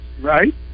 right